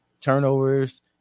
turnovers